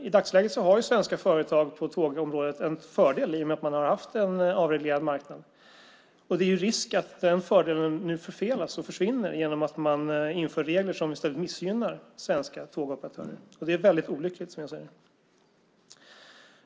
I dagsläget har svenska företag på tågområdet en fördel i och med att man har haft en avreglerad marknad, men det finns en risk att den fördelen nu förfelas och försvinner genom att man inför regler som i stället missgynnar svenska tågoperatörer. Det är väldigt olyckligt.